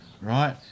right